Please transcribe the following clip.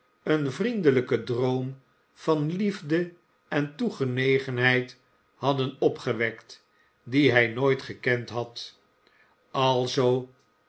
een vriendelijken droom van liefde en toegenegenheid hadden opgewekt die hij nooit gekend had alzoo